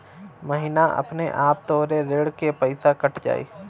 महीना अपने आपे तोहरे ऋण के पइसा कट जाई